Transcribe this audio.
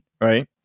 right